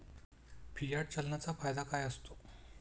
Fiat चलनाचा फायदा काय असतो?